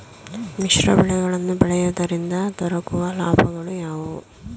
ಮಿಶ್ರ ಬೆಳೆಗಳನ್ನು ಬೆಳೆಯುವುದರಿಂದ ದೊರಕುವ ಲಾಭಗಳು ಯಾವುವು?